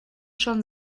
schon